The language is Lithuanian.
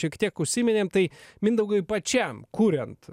šiek tiek užsiminėm tai mindaugai pačiam kuriant